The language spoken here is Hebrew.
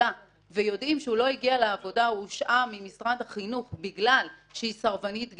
כשיודעים שאותה אישה לא הגיעה לעבודה בגלל שהיא הושעתה